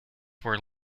were